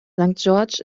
george’s